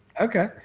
Okay